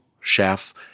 chef